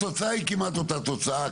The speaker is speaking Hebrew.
התוצאה היא כמעט אותה תוצאה.